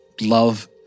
love